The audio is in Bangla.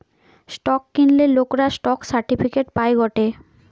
স্টক কিনলে লোকরা স্টক সার্টিফিকেট পায় গটে